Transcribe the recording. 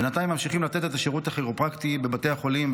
בינתיים ממשיכים לתת את השירות הכירופרקטי בבתי החולים,